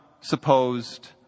supposed